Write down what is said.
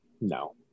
No